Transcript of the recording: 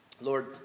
Lord